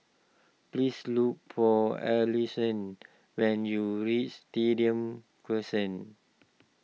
please look for Alison when you reach Stadium Crescent